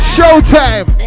Showtime